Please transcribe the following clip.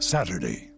Saturday